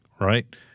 right